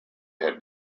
had